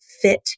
fit